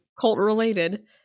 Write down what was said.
Cult-related